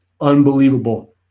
Unbelievable